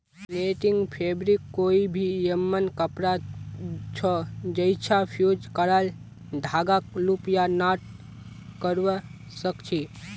netting fabric कोई भी यममन कपड़ा छ जैइछा फ़्यूज़ क्राल धागाक लूप या नॉट करव सक छी